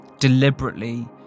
deliberately